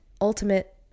ultimate